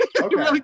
Okay